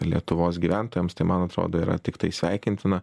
lietuvos gyventojams tai man atrodo yra tiktai sveikintina